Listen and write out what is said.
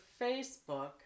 Facebook